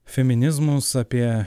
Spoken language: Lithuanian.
feminizmus apie